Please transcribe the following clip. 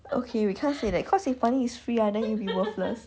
okay we can't say that cause if money is free ah then you'll be worthless